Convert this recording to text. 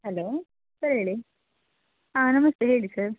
hello sir ಹೇಳಿ ಆಂ ನಮಸ್ತೆ ಹೇಳಿ ಸರ್